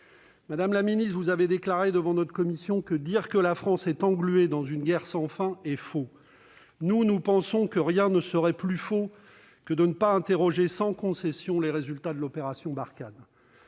Madame la ministre, vous avez déclaré devant notre commission :« Dire que la France est engluée dans une guerre sans fin est faux. » De notre côté, nous pensons que rien ne serait plus faux que de ne pas interroger sans concession les résultats de l'opération Barkhane.